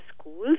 schools